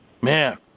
Man